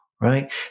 right